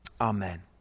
Amen